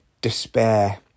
despair